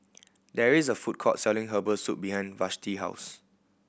there is a food court selling herbal soup behind Vashti house